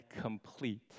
complete